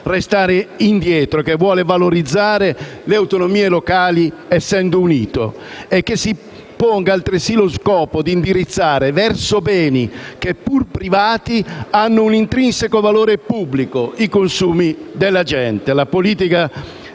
restare indietro e che vuole valorizzare le autonomie locali, essendo unito, e che si ponga altresì lo scopo di indirizzare verso beni, che, pur privati, hanno un intrinseco valore pubblico: i consumi della gente. La politica